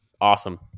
Awesome